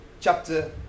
chapter